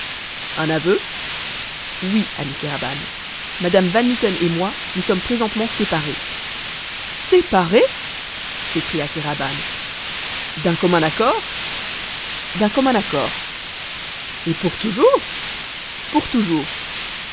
un aveu oui ami kéraban madame van mitten et moi nous sommes présentement séparés séparés s'écria kéraban d'un commun accord d'un commun accord et pour toujours pour toujours